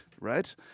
right